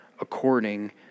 according